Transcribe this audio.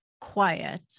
quiet